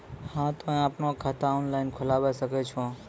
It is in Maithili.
हाँ तोय आपनो खाता ऑनलाइन खोलावे सकै छौ?